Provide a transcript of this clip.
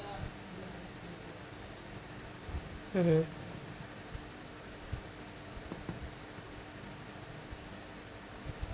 mmhmm